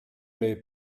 mais